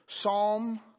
Psalm